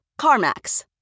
CarMax